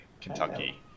Kentucky